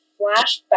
Flashback